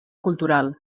cultural